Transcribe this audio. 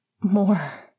More